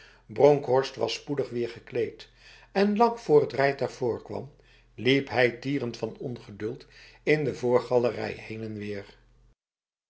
bronkhorst was spoedig weer gekleed en lang voor het rijtuig voorkwam liep hij tierend van ongeduld in de voorgalerij heen en weer